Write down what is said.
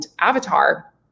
avatar